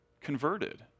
converted